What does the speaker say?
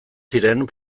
ziren